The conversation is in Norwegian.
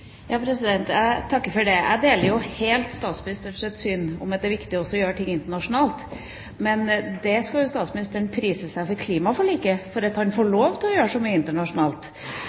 Jeg deler helt statsministerens syn om at det er viktig også å gjøre ting internasjonalt. Der skal statsministeren prise seg lykkelig over klimaforliket for at han får lov til å gjøre så mye internasjonalt.